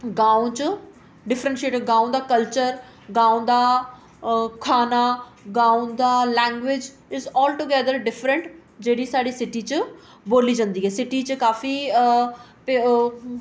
गांव च डिफरेंट गांव दा कल्चर गांव दा खाना गांव दा language is all together different जेह्ड़ी साढ़ी सिटी च बोली जंदी ऐ सिटी च काफी